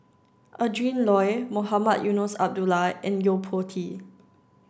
Adrin Loi Mohamed Eunos Abdullah and Yo Po Tee